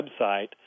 website